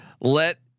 let